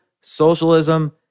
socialism